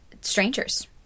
Strangers